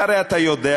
והרי אתה יודע,